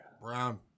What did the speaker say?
Brown